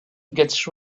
gets